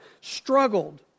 struggled